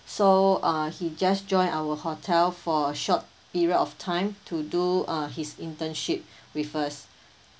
so uh he just join our hotel for a short period of time to do uh his internship with us